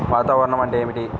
వాతావరణం అంటే ఏమిటి?